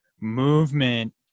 movement